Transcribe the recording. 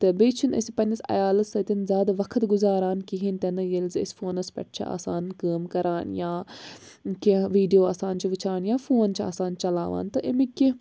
تہٕ بیٚیہِ چھِنہٕ أسۍ پَنٕنِس عیالَس سٟتۍ زیادٕ وقَت گُزاران کِہیٖنٛۍ تہِ نہٕ ییٚلہِ زِ أسۍ فونَس پؠٹھ چھِ آسان کٲم کران یا کیٚنٛہہ وِیٖڈیو آسان چھِ وُچھان یا فون چھِ آسان چَلاوان تہٕ اَمِکۍ کیٚنٛہہ